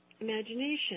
imagination